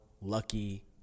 lucky